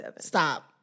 stop